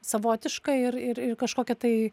savotišką ir ir ir kažkokią tai